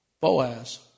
Boaz